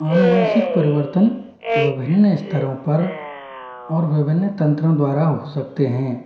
आनुवंशिक परिवर्तन विभिन्न स्तरों पर और विभिन्न तंत्रों द्वारा हो सकते हैं